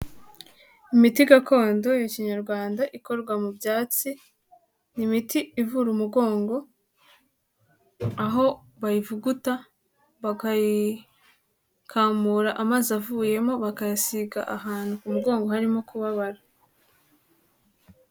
Imiti gakondo ya kinyarwanda ikorwa mu byatsi, ni imiti ivura umugongo aho bayivuguta bakayikamura, amazi avuyemo bakayasiga ahantu ku mugongo harimo kubabara.